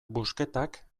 busquetak